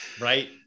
Right